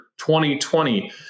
2020